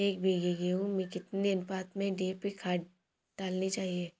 एक बीघे गेहूँ में कितनी अनुपात में डी.ए.पी खाद डालनी चाहिए?